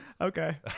Okay